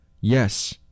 Yes